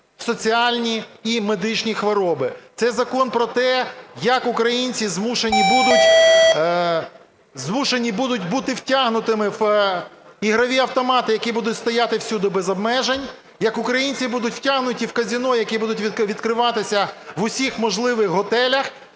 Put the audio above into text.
соціальні і медичні хвороби. Цей закон про те, як українці змушені будуть бути втягнутими в ігрові автомати, які будуть стояти всюди без обмежень, як українці будуть втягнуті в казино, які будуть відкриватися в усіх можливих готелях,